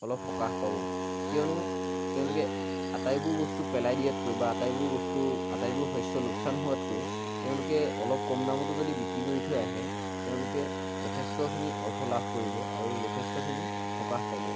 অলপ সকাহ পাব কিয়নো তেওঁলোকে আটাইবোৰ বস্তু পেলাই দিয়াতকৈ বা আটাইবোৰ বস্তু আটাইবোৰ শস্য লোকচান হোৱাতকৈ তেওঁলোকে অলপ কম দামটো যদি বিক্ৰী কৰি থৈ আহে তেওঁলোকে যথেষ্টখিনি অৰ্থ লাভ কৰিব আৰু যথেষ্টখিনি সকাহ পাব